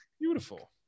beautiful